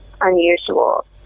unusual